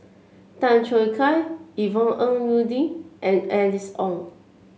Tan Choo Kai Yvonne Ng Uhde and Alice Ong